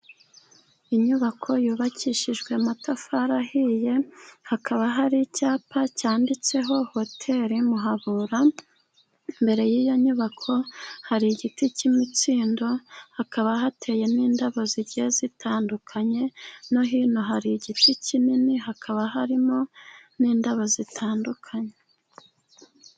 Inyubako yubakishijwe amatafari ahiye hakaba, hari icyapa cyanditseho hoteli Muhabura imbere y'iyo nyubako hari igiti cy'imitsindo ,hakaba hateyemo indabo zigiye zitandukanye, no hino hari igiti kinini, hakaba harimo n'indabo zitandukanye.